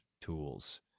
tools